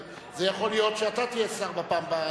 זה יכול להיות שאתה תהיה שר בפעם הבאה,